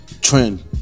Trend